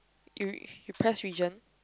you you press region